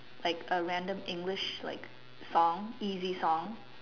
like a random English like song easy song